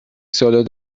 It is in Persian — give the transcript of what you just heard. سالاد